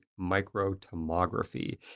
microtomography